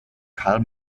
karl